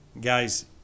guys